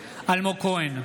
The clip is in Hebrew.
כהן,